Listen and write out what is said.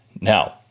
Now